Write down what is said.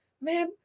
man